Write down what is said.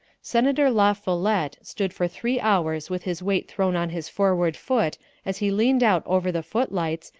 senator la follette stood for three hours with his weight thrown on his forward foot as he leaned out over the footlights,